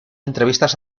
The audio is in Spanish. entrevistas